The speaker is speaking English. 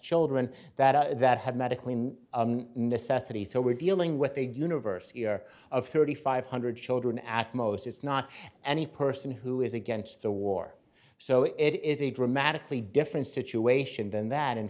children that are that have medically necessity so we're dealing with a universe here of thirty five hundred children at most it's not any person who is against the war so it is a dramatically different situation than that in